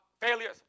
failures